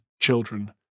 children